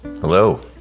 Hello